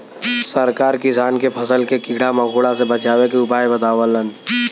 सरकार किसान के फसल के कीड़ा मकोड़ा से बचावे के उपाय बतावलन